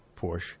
Porsche